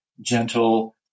gentle